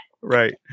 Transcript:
Right